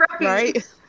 right